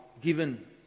given